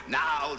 now